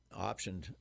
optioned